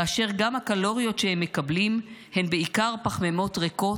כאשר גם הקלוריות שהם מקבלים הן בעיקר פחמימות ריקות,